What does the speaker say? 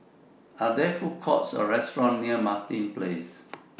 Are There Food Courts Or restaurants near Martin Place